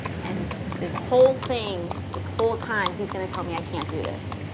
and this whole thing, this whole time he's gonna tell me i can't do this.